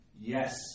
Yes